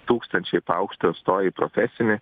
tūkstančiai po aukštojo stoja į profesinį